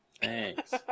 Thanks